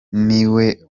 niwe